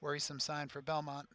worrisome sign for belmont